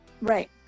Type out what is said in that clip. right